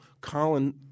Colin